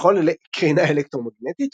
ככל קרינה אלקטרומגנטית,